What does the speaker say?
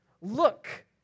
Look